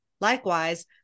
likewise